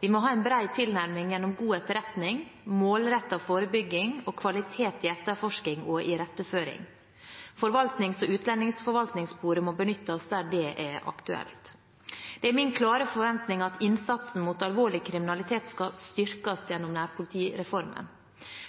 Vi må ha en bred tilnærming gjennom god etterretning, målrettet forebygging og kvalitet i etterforskning og iretteføring. Forvaltnings- og utlendingsforvaltningssporet må benyttes der det er aktuelt. Det er min klare forventning at innsatsen mot alvorlig kriminalitet skal styrkes gjennom nærpolitireformen.